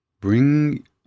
Bring